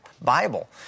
Bible